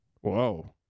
Whoa